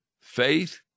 Faith